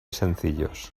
sencillos